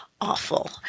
awful